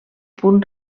punt